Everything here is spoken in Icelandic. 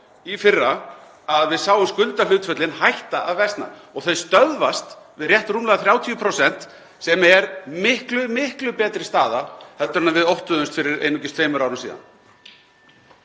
í fyrra að við sáum skuldahlutföllin hætta að versna og þau stöðvast við rétt rúmlega 30%, sem er miklu betri staða en við óttuðumst fyrir einungis tveimur árum síðan.